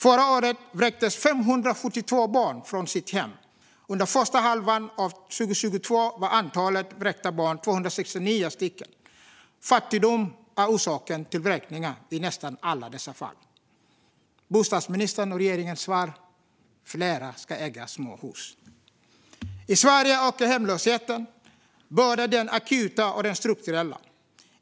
Förra året vräktes 572 barn från sina hem. Under första halvan av 2022 var antalet vräkta barn 269. Fattigdom är orsaken till vräkningarna i nästan alla dessa fall. Bostadsministerns och regeringens svar? Fler ska äga småhus. I Sverige ökar hemlösheten, både den akuta och den strukturella.